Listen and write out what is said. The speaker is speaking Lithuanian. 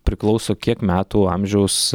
priklauso kiek metų amžiaus